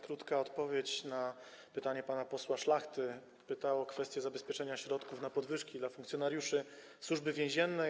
Krótka odpowiedź na pytanie pana posła Szlachty o kwestię zabezpieczenia środków na podwyżki dla funkcjonariuszy Służby Więziennej.